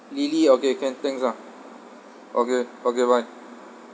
lily okay can thanks ah okay okay bye